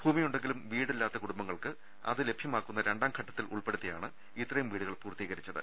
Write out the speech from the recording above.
ഭൂമിയുണ്ടെങ്കിലും വീടില്ലാത്ത കുടുംബങ്ങൾക്ക് അതു ലഭൃമാക്കുന്ന രണ്ടാംഘട്ടത്തിൽ ഉൾപ്പെടുത്തിയാണ് ഇത്രയും വീടുകൾപൂർത്തീകരിച്ചത്